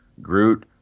Groot